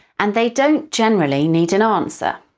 and they don't generally need an answer.